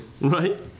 Right